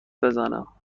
بزنم